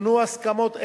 עוגנו הסכמות אלו,